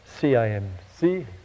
CIMC